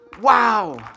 Wow